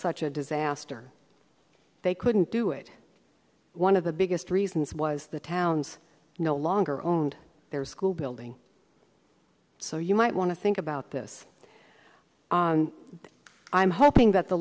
such a disaster they couldn't do it one of the biggest reasons was the town's no longer own their school building so you might want to think about this i'm hoping that the